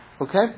Okay